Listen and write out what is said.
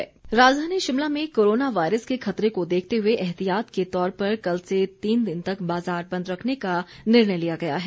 निर्देश राजधानी शिमला में कोरोना वायरस के खतरे को देखते हुए एहतियात के तौर पर कल से तीन दिन तक बाजार बंद रखने का निर्णय लिया गया है